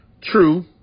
True